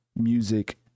music